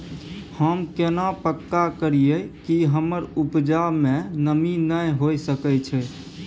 हम केना पक्का करियै कि हमर उपजा में नमी नय होय सके छै?